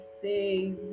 say